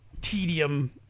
tedium